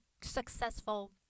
successful